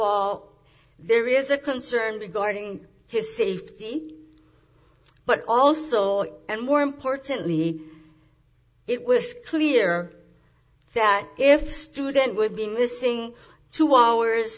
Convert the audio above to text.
all there is a concern regarding his safety but also and more importantly it was clear that if the student would be missing two hours